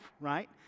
right